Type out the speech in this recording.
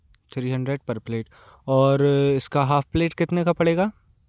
three hundred पर plate और इसका हाफ़ प्लेट कितने का पड़ेगा